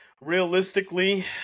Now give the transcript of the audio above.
Realistically